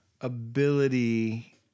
ability